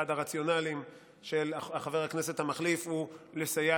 אחד הרציונלים של חבר כנסת מחליף הוא לסייע